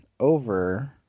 Over